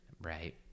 Right